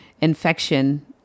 infection